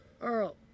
Earl